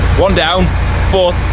one down four.